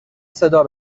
صدا